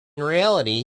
reality